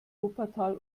wuppertal